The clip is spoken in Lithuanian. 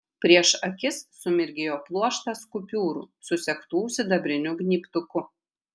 prieš akis sumirgėjo pluoštas kupiūrų susegtų sidabriniu gnybtuku